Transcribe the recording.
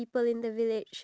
what